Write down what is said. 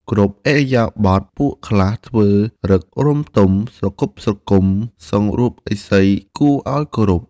គ្រប់ឥរិយាបថ ពួកខ្លះធ្វើឫករម្យទម ស្រគត់ស្រគំ សង្រួមឥន្ទ្រីយ៍គួរឲ្យគោរព ។